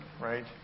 right